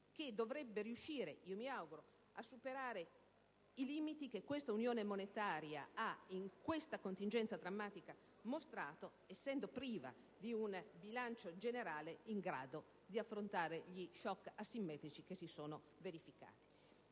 che dovrebbe riuscire - mi auguro - a superare i limiti che questa unione monetaria ha mostrato nell'attuale contingenza drammatica, essendo priva di un bilancio generale in grado di affrontare gli *shock* asimmetrici che si sono verificati.